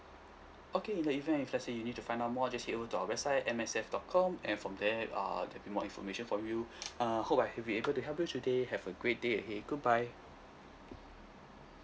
okay in the event if let's say you need to find out more just head over to our website M S F dot com and from there err there'll be more information for you uh hope I have been able to help you today have a great day ahead goodbye